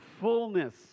fullness